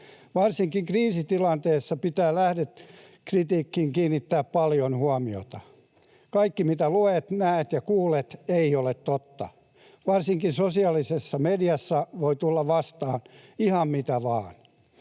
Varsinkin kriisitilanteessa pitää lähdekritiikkiin kiinnittää paljon huomiota. Kaikki, mitä luet, näet ja kuulet, ei ole totta. Varsinkin sosiaalisessa mediassa voi tulla vastaan ihan mitä vain.